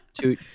Two